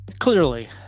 Clearly